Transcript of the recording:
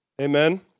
Amen